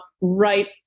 right